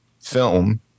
film